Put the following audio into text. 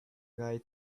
guy